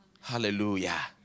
Hallelujah